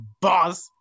boss